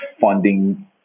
funding